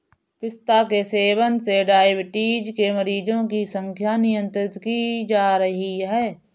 पिस्ता के सेवन से डाइबिटीज के मरीजों की संख्या नियंत्रित की जा रही है